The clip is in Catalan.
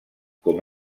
com